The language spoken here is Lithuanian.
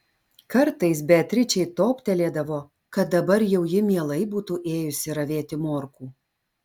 kartais beatričei toptelėdavo kad dabar jau ji mielai būtų ėjusi ravėti morkų